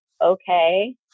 okay